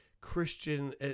Christian